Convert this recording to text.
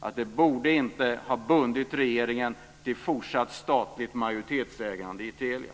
Regeringen borde inte ha varit bunden till ett fortsatt statligt majoritetsägande i Telia.